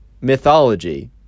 mythology